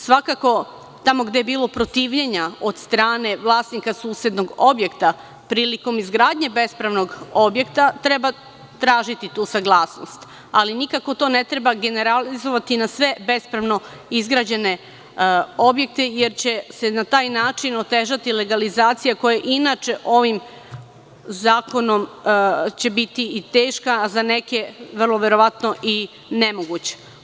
Svakako, tamo gde je bilo protivljenja od strane vlasnika susednog objekta prilikom izgradnje bespravnog objekta treba tražiti tu saglasnost, ali nikako to ne treba generalizovati na sve bespravno izgrađene objekte jer će se na taj način otežati legalizacija koja će inače ovim zakonom biti teška, a za neke vrlo verovatno i nemoguća.